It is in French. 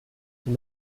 elle